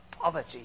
poverty